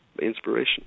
inspiration